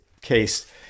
case